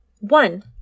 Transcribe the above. One